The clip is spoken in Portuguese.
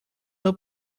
meu